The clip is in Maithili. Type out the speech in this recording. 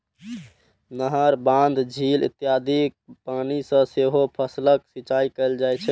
नहर, बांध, झील इत्यादिक पानि सं सेहो फसलक सिंचाइ कैल जाइ छै